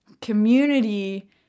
community